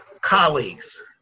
colleagues